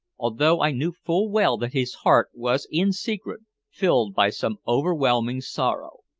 although i knew full well that his heart was in secret filled by some overwhelming sorrow.